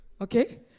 Okay